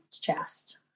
chest